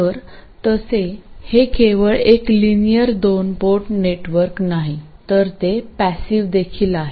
तर तसे हे केवळ एक लिनियरदोन पोर्ट नेटवर्क नाही तर ते पॅसिव देखील आहे